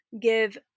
give